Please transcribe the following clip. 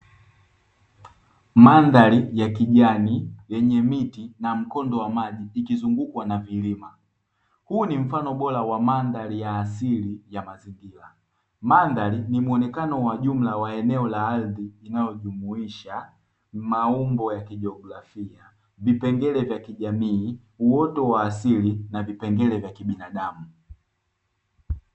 Mandhari ya kijani yenye miti na mkondo wa maji ikizungukwa navilima, huu ni mfano bora wa mandhari ya asili ya mazingira, mandhari ni muonekano wa jumla wa eneo la ardhi linalojumuisha maumbo ya kijografia, vipengele vya kijamii, uoto wa asili na vipengele vya kibinadamu.